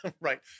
right